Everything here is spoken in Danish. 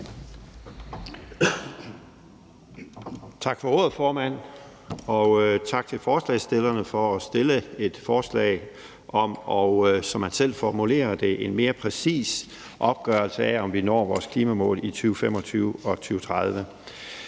Tak for ordet, formand, og tak til forslagsstillerne for at fremsætte et forslag om en, som man selv formulerer det, mere præcis opgørelse af, om vi når vores klimamål i 2025 og 2030.